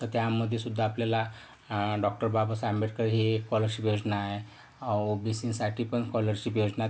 तर त्यामध्ये सुद्धा आपल्याला डॉक्टर बाबासाहेब आंबेडकर ही एक स्कॉलरशिप योजना आहे ओबीसीसाठी पण स्कॉलरशिप योजना